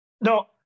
No